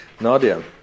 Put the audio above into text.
Nadia